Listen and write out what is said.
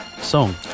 song